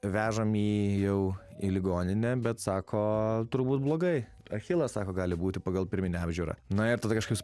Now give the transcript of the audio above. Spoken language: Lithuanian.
vežam jį jau į ligoninę bet sako turbūt blogai achilas sako gali būti pagal pirminę apžiūrą na ir tada kažkas